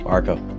Marco